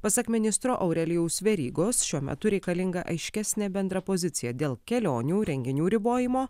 pasak ministro aurelijaus verygos šiuo metu reikalinga aiškesnė bendra pozicija dėl kelionių renginių ribojimo